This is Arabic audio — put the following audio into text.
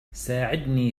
ساعدني